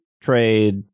Trade